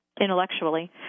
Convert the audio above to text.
intellectually